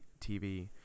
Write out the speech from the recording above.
tv